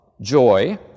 joy